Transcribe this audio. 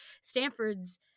stanford's